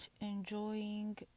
enjoying